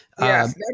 Yes